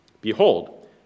Behold